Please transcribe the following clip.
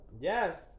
Yes